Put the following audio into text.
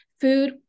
food